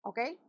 Okay